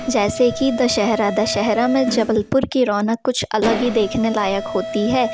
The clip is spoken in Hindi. जैसे कि दशहरा दशहरा में जबलपुर की रौनक कुछ अलग ही देखने लायक़ होती है